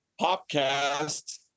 podcast